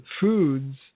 foods